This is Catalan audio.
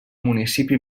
municipi